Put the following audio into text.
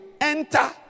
enter